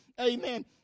Amen